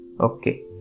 okay